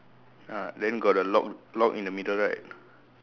uh then got the lock lock in the middle right